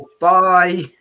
Bye